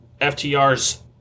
FTR's